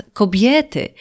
kobiety